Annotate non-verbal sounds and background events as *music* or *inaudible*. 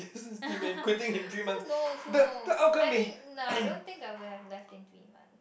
*laughs* who knows who knows I mean no I don't think I would have left in three month